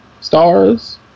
stars